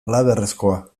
halabeharrezkoa